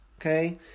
okay